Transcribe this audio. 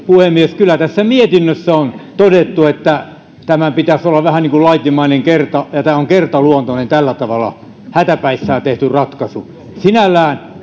puhemies kyllä tässä mietinnössä on todettu että tämän pitäisi olla vähän niin kuin laitimmainen kerta ja tämä on tällä tavalla kertaluontoinen hätäpäissään tehty ratkaisu sinällään